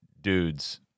dudes